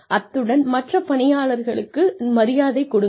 அத்துடன் மற்ற பணியாளருக்கு மரியாதை கொடுங்கள்